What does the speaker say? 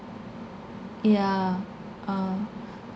yeah uh